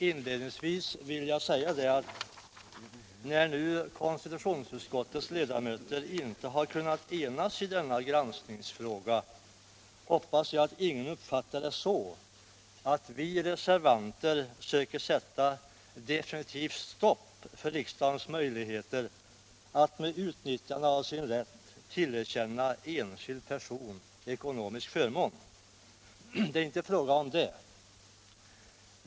Inledningsvis vill jag säga att när nu konstitutionsutskottets ledamöter inte har kunnat enas i denna granskningsfråga, hoppas jag att ingen uppfattar det så, att vi reservanter söker sätta definitivt stopp för riksdagens möjligheter att med utnyttjande av sin rätt tillerkänna enskild person ekonomisk förmån. Det är inte fråga om det.